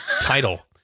title